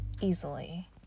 easily